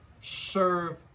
serve